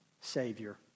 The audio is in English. Savior